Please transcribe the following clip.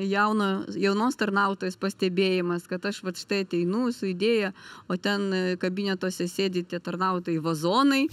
jauna jaunos tarnautojos pastebėjimas kad aš vat štai ateinu su idėja o ten kabinetuose sėdi tie tarnautojai vazonai